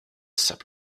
sub